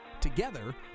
Together